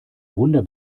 wunder